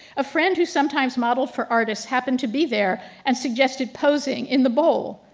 a friend who sometimes model for artists happened to be there and suggested posing in the bowl.